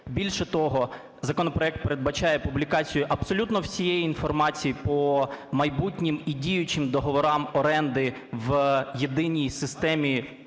Більше того, законопроект передбачає публікацію абсолютно всієї інформації по майбутнім і діючим договорам оренди в єдиній системі